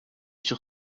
sur